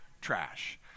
trash